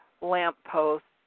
lampposts